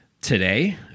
today